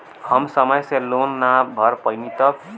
हम समय से लोन ना भर पईनी तब?